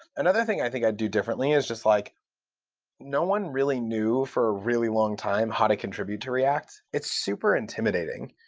another thing i think i'd do differently is just like no one really knew for a really long time how to contribute to react. it's super intimidating.